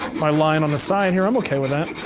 my line on the side here, i'm okay with that.